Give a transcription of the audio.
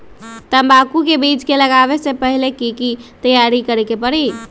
तंबाकू के बीज के लगाबे से पहिले के की तैयारी करे के परी?